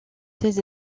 ses